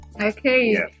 okay